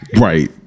Right